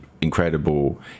incredible